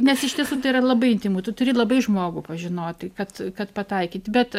nes iš tiesų tai yra labai intymu tu turi labai žmogų pažinot kad kad pataikyt bet